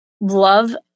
love